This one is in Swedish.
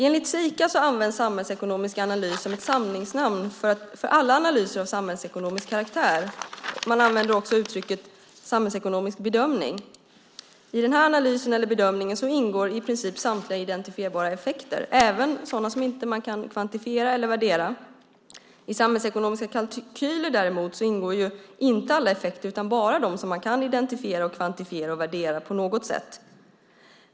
Enligt Sika används samhällsekonomiska analyser som ett samlingsnamn för alla analyser av samhällsekonomisk karaktär. Man använder också uttrycket samhällsekonomisk bedömning. I den här analysen eller bedömningen ingår i princip samtliga identifierbara effekter, även sådana som man inte kan kvantifiera eller värdera. I samhällsekonomiska kalkyler däremot ingår inte alla effekter utan bara de som man på något sätt kan identifiera och kvantifiera och värdera.